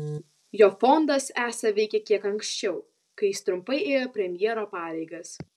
jo fondas esą veikė kiek anksčiau kai jis trumpai ėjo premjero pareigas